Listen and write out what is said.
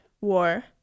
war